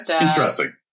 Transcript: interesting